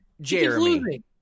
Jeremy